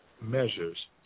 measures